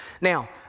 Now